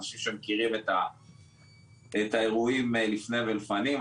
אנשים שמכירים את האירועים לפני ולפנים,